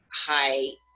high